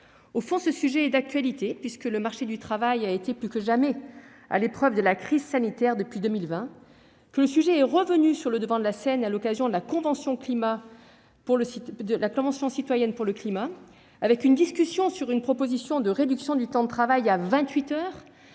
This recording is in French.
Au fond, ce sujet est d'actualité puisque le marché du travail a été plus que jamais à l'épreuve de la crise sanitaire depuis 2020. Le sujet est revenu sur le devant de la scène à l'occasion de la Convention citoyenne pour le climat, laquelle a proposé une réduction du temps de travail à 28 heures-